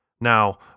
Now